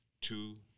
two